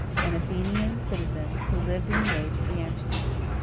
an athenian citizen, who lived in the age of the antonines.